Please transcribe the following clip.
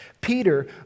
Peter